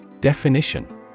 Definition